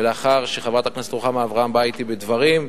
לאחר שחברת הכנסת רוחמה אברהם באה אתי בדברים,